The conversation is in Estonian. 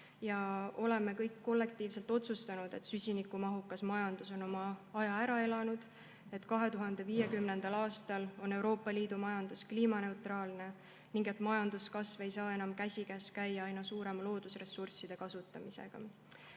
Oleme kõik kollektiivselt otsustanud, et süsinikumahukas majandus on oma aja ära elanud, et 2050. aastaks on Euroopa Liidu majandus kliimaneutraalne ning et majanduskasv ei saa enam käsikäes käia aina suurema loodusressursside kasutamisega.